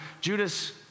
Judas